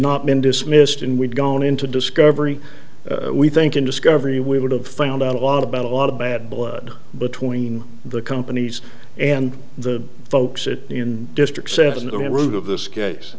not been dismissed and we've gone into discovery we think in discovery we would have found out a lot about a lot of bad blood between the companies and the folks it in district seven the root of this case